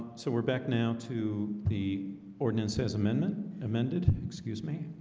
so we're back now to the ordinance as amendment amended, excuse me,